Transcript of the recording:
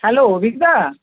hello অভীকদা